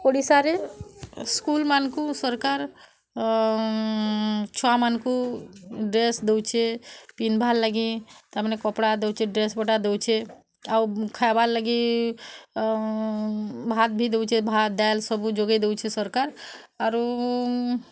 ଓଡ଼ିଶାରେ ସ୍କୁଲମାନଙ୍କୁ ସରକାର୍ ଛୁଆମାନଙ୍କୁ ଡ୍ରେସ୍ ଦଉଛେ ପିନ୍ଧିବାର୍ ଲାଗି ତା ମାନେ କପଡ଼ା ଦଉଚେ ଡ୍ରେସ୍ ପଟା ଦଉଛେ ଆଉ ଖାଇବାର୍ ଲାଗି ଭାତ୍ ଭି ଦଉଛେ ଭାତ୍ ଡାଲ୍ ସବୁ ଯୋଗେଇ ଦଉଛେ ସରକାର୍ ଆରୁ